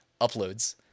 uploads